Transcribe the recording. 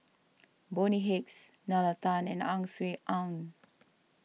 Bonny Hicks Nalla Tan and Ang Swee Aun